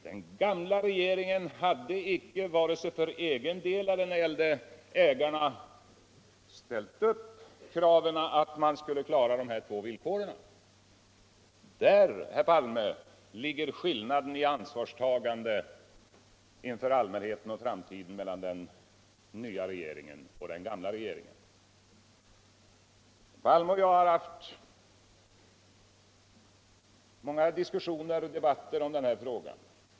Den gamla regeringen hade varken för cgen del elter för ägarna ställt krav på att dessa båda villkor skulle vara uppfytlda. Det är skillnaden. herr Palme, i ansvarstagande för allmänheten och framtiden mellan den nya regeringen och den gamla regeringen. Herr Palme och jag har fört många diskussioner om den här frågan.